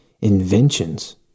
inventions